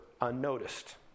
unnoticed